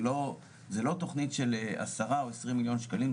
זה לא תכנית של 10 או 20 מיליון שקלים,